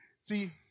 See